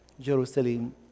Jerusalem